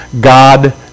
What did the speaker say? God